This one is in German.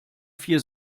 vier